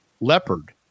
leopard